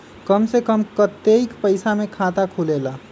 कम से कम कतेइक पैसा में खाता खुलेला?